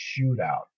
shootout